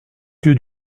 lieu